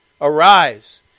Arise